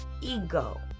ego